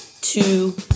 two